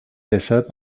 deshalb